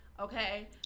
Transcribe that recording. okay